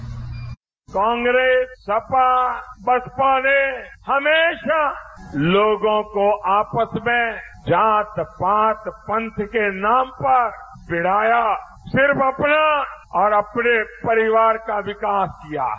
bite PM Congress Sapa Basapa ने हमेशा लोगों को आपस में जात पात पन्थ के नाम पर भिड़ाया सिर्फ अपना और अपने परिवार का विकास किया है